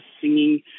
singing